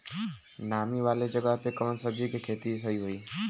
नामी वाले जगह पे कवन सब्जी के खेती सही होई?